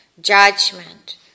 judgment